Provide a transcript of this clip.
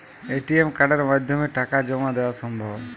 ATM কার্ডের মাধ্যমে টাকা জমা দেওয়া সম্ভব?